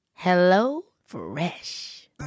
HelloFresh